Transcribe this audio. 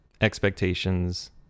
expectations